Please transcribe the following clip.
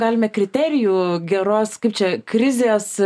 galime kriterijų geros kaip čia krizės